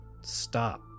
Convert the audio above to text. stop